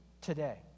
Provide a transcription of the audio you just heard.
today